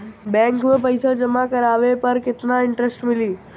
Bank में पईसा जमा करवाये पर केतना इन्टरेस्ट मिली?